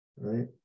Right